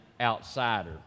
outsider